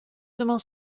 demain